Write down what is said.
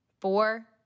four